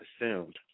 assumed